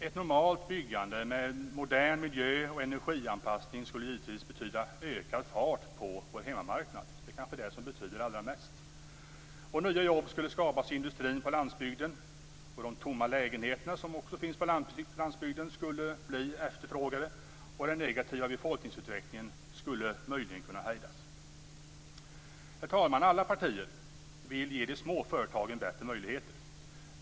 Ett normalt byggande med modern miljö och energianpassning skulle givetvis betyda ökad fart på vår hemmamarknad. Det är kanske det som betyder allra mest. Nya jobb skulle skapas i industrin på landsbygden. De tomma lägenheter som också finns på landsbygden skulle bli efterfrågade, och den negativa befolkningsutvecklingen skulle möjligen kunna hejdas. Herr talman! Alla partier vill ge de små företagen bättre möjligheter.